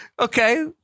Okay